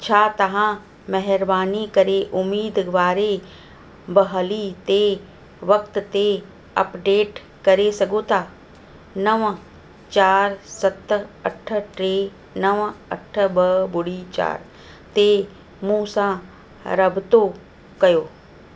तव्हां महिरबानी करे उमीदवारे बहली ते वक़्ति ते अप्डेट करे सघो था नवं चार सत अठ टे नवं अठ ॿ ॿुड़ी चार ते मूं सां राबितो कयो